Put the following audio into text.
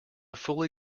fully